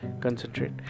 concentrate